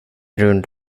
rund